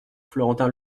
florentin